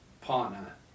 partner